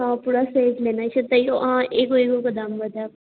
ओ पूरा सेट लेनाइ छै तैयो अहाँ एगो एगो के दाम बतायब